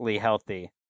healthy